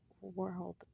world